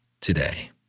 today